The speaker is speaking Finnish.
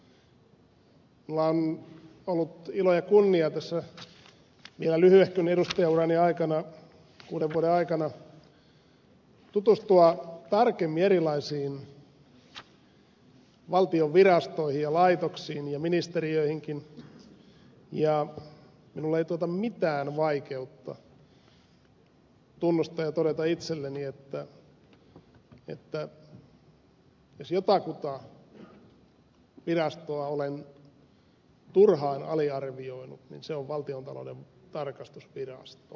minulla on ollut ilo ja kunnia tässä vielä lyhyehkön edustajanurani aikana kuuden vuoden aikana tutustua tarkemmin erilaisiin valtion virastoihin ja laitoksiin ja ministeriöihinkin ja minulle ei tuota mitään vaikeutta tunnustaa ja todeta itselleni että jos jotakuta virastoa olen turhaan aliarvioinut niin se on valtiontalouden tarkastusvirasto